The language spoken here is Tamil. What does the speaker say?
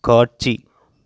காட்சி